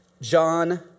John